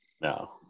No